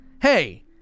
Hey